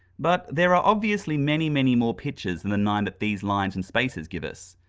but there are obviously many, many more pitches than the nine that these lines and spaces gives us.